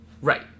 Right